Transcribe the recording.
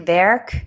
werk